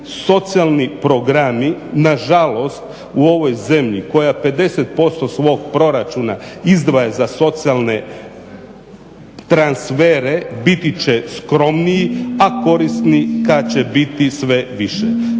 socijalni programi na žalost u ovoj zemlji koja 50% svog proračuna izdvaja za socijalne transfere biti će skromniji, a korisni kad će biti sve više.